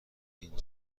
اینجا